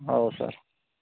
ହଉ ସାର୍